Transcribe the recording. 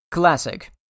classic